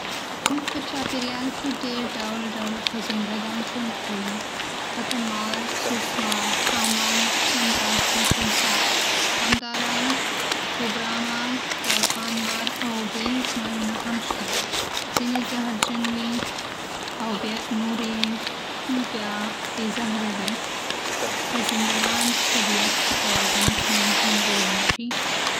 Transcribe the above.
زموږ په چاپېریال کې ډېر ډول ډول خزنده ګان ژوند کوي. لکه مار، سوسمار، ښامار، چنګښ، او تمساح. همداراز، کبرا مار، افعان مار، او اوبه‌یز مارونه هم شته. ځینې زهرجن وي، نور بیا بې‌زهره دي. خزنده ګان د طبیعت په توازن کې مهم رول لري.